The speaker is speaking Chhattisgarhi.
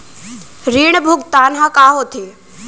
ऋण भुगतान ह का होथे?